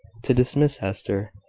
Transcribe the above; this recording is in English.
to dismiss hester,